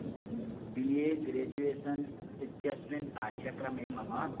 B A graduation इत्यस्मिन् पाठ्यक्रमे मम